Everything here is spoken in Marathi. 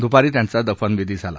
द्पारी त्यांचा दफनविधी झाला